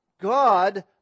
God